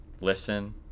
Listen